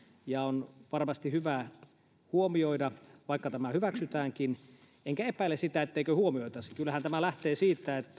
ja ne on varmasti hyvä huomioida vaikka tämä hyväksytäänkin enkä epäile sitä etteikö huomioitaisi kyllähän tämä lähtee siitä että